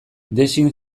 design